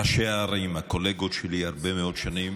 ראשי הערים, הקולגות שלי הרבה מאוד שנים,